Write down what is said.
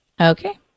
Okay